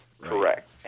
Correct